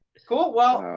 cool. well,